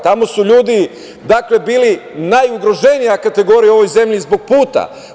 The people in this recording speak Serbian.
Tamo su ljudi bili najugroženija kategorija u ovoj zemlji, zbog puta.